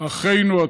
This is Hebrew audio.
אחינו אתם.